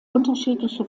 unterschiedliche